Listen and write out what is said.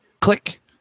click